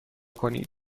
کنیم